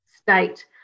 state